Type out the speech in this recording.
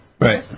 right